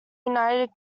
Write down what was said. united